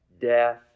death